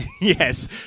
Yes